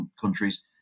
countries